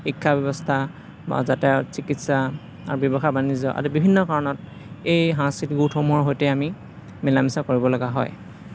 শিক্ষা ব্যৱস্থা বা যাতায়ত চিকিৎসা আৰু ব্যৱসায় বাণিজ্য আদি বিভিন্ন কাৰণত এই সাংস্কৃতিক গোটসমূহৰ সৈতে আমি মিলা মিছা কৰিব লগা হয়